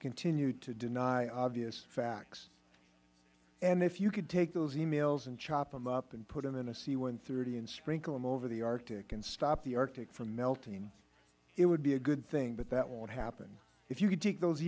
continue to deny obvious facts and if you could take those e mails and chop them up and put them in a c one hundred and thirty and sprinkle them over the arctic and stop the arctic from melting that would be a good thing but that won't happen if you could take those